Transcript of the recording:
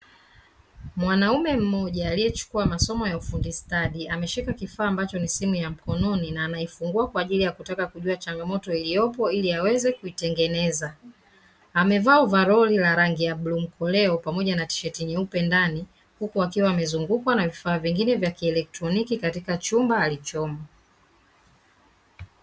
Mwanaume mmoja aliyechukua masomo ya ufundi stadi ameshika kifaa ambacho ni simu ya mkononi, na anaifungua kwa ajili ya kutaka kujua changamoto iliyopo ili aweze kuitengeneza. Amevaa ovaroli la rangi ya bluu mkoleo pamoja na tisheti nyeupe ndani, huku akiwa amezungukwa na vifaa vingine vya kielektroniki katika chumba alichomo.